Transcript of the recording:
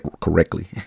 correctly